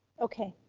okay,